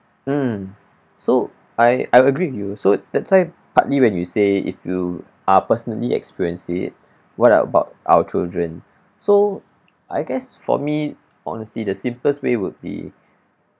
mm so I I agree with you so that's why partly when you say if you are personally experienced it what about our children so I guess for me honestly the simplest way would be